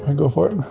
ah go for it.